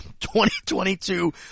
2022